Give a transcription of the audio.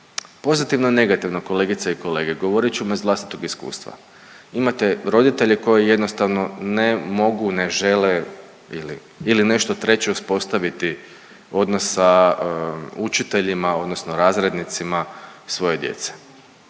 pozitivno i negativno kolegice i kolege. Govorit ću u ime vlastitog iskustva. Imate roditelje koji jednostavno ne mogu, ne žele ili nešto treće uspostaviti odnos sa učiteljima, odnosno razrednicima svoje djece.